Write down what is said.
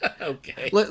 okay